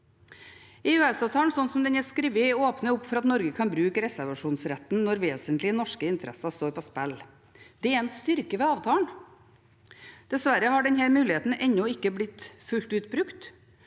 EØS-avtalen, slik som den er skrevet, åpner opp for at Norge kan bruke reservasjonsretten når vesentlige norske interesser står på spill. Det er en styrke ved avtalen. Dessverre har denne muligheten ennå ikke blitt brukt